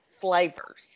flavors